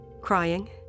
crying